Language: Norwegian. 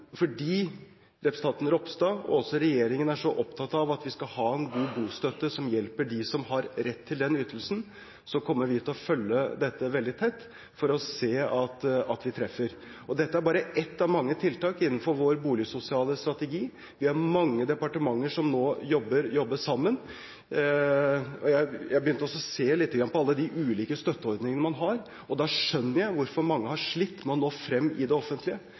fordi representanten Ropstad og også regjeringen er så opptatt av at vi skal ha en god bostøtte som hjelper dem som har rett til den ytelsen, kommer vi til å følge dette veldig tett for å se at vi treffer. Dette er bare ett av mange tiltak innenfor vår boligsosiale strategi. Det er mange departementer som nå jobber sammen. Jeg begynte å se litt på alle de ulike støtteordningene man har, og da skjønner jeg hvorfor mange har slitt med å nå frem i det offentlige.